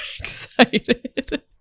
excited